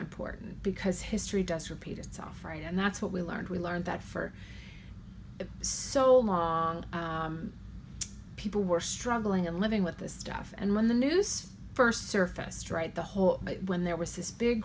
important because history does repeat itself right and that's what we learned we learned that for so long people were struggling and living with this stuff and when the news st surfaced right the whole when there was this big